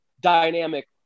dynamic